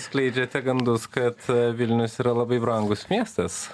skleidžiate gandus kad vilnius yra labai brangus miestas